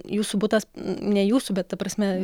jūsų butas ne jūsų bet ta prasme